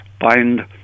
bind